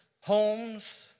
homes